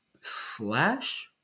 slash